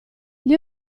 gli